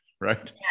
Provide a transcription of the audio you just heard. right